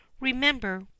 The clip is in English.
remember